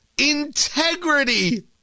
integrity